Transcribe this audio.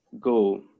go